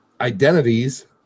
identities